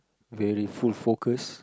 very full focus